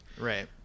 Right